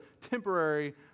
temporary